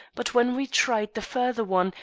but when we tried the further one,